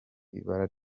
ibara